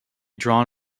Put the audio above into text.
drawn